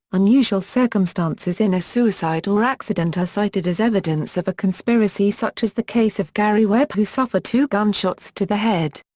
unusual circumstances in a suicide or accident are cited as evidence of a conspiracy such as the case of gary webb who suffered two gunshots to the head.